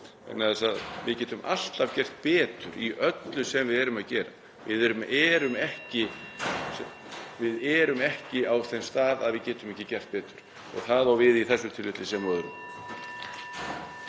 vegna þess að við getum alltaf gert betur í öllu sem við erum að gera. Við erum ekki á þeim stað að geta ekki gert betur og það á við í þessu tilfelli sem öðrum.